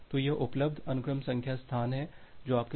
तो यह उपलब्ध अनुक्रम संख्या स्थान है जो आपके साथ है